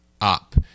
up